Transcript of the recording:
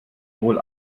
wohl